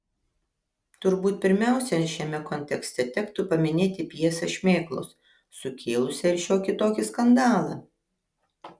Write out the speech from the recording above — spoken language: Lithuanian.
turbūt pirmiausia šiame kontekste tektų paminėti pjesę šmėklos sukėlusią ir šiokį tokį skandalą